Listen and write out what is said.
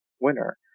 winner